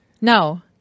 No